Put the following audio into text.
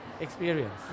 Experience